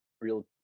real